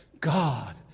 God